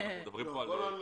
לעלייה.